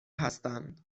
هستند